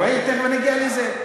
רועי, תכף אני אגיע לזה.